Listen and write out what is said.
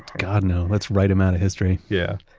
god, no. let's write him out of history yeah.